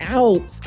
out